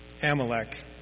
Amalek